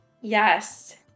Yes